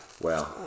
Wow